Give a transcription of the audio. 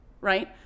right